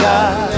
God